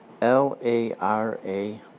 L-A-R-A